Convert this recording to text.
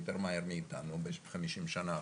יותר מהר מאתנו ב-50 השנים האחרונות.